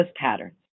patterns